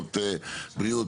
פחות בריאות,